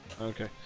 Okay